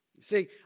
See